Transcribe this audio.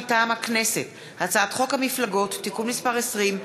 מטעם הכנסת: הצעת חוק המפלגות (תיקון מס' 20)